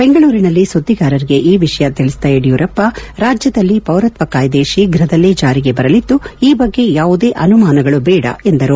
ಬೆಂಗಳೂರಿನಲ್ಲಿ ಸುದ್ದಿಗಾರರಿಗೆ ಈ ವಿಷಯ ತಿಳಿಸಿದ ಯಡಿಯೂರಪ್ಪ ರಾಜ್ಯದಲ್ಲಿ ಪೌರತ್ನ ಕಾಯ್ದೆ ಶೀಘ್ರದಲ್ಲೇ ಜಾರಿಗೆ ಬರಲಿದ್ದು ಈ ಬಗ್ಗೆ ಯಾವುದೇ ಅನುಮಾನಗಳು ಬೇಡ ಎಂದರು